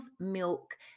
milk